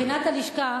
בחינת הלשכה